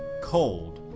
cold,